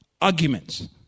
arguments